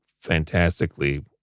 fantastically